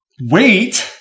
Wait